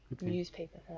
newspaper